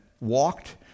walked